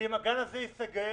אם הגן הזה ייסגר